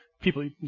people